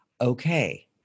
Okay